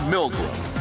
Milgram